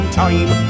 time